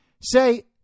say